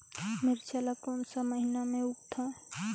मिरचा ला कोन सा महीन मां उगथे?